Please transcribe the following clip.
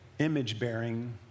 image-bearing